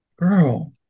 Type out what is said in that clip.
girl